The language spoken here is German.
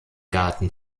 garten